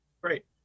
great